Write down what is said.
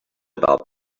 about